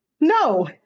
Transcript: No